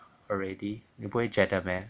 already 你不会觉得 meh